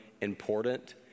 important